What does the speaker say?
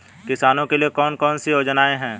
किसानों के लिए कौन कौन सी योजनाएं हैं?